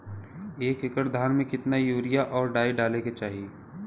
एक एकड़ धान में कितना यूरिया और डाई डाले के चाही?